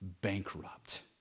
bankrupt